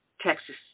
Texas